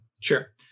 sure